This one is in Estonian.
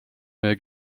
meie